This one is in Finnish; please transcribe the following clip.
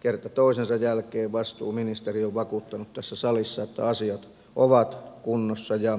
kerta toisensa jälkeen vastuuministeri on vakuuttanut tässä salissa että asiat ovat kunnossa ja